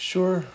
Sure